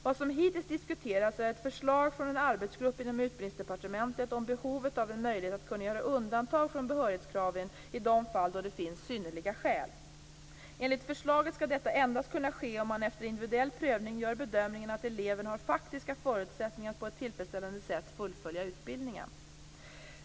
Vad som hittills diskuterats är ett förslag från en arbetsgrupp inom Utbildningsdepartementet om behovet av en möjlighet att göra undantag från behörighetskraven i de fall då det finns synnerliga skäl. Enligt förslaget skall detta endast kunna ske om man efter individuell prövning gör bedömningen att eleven har faktiska förutsättningar att på ett tillfredsställande sätt fullfölja utbildningen.